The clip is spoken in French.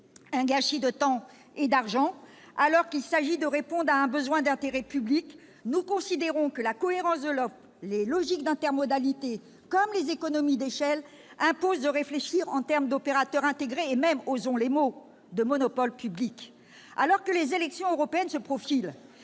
d'un gâchis de temps et d'argent, alors qu'il est nécessaire de répondre à un besoin d'intérêt public. Nous considérons que la cohérence de l'offre, les logiques d'intermodalité, comme les économies d'échelle imposent de réfléchir en termes d'opérateur intégré et même- osons les mots ! -de monopole public. Au moment où les élections européennes se profilent,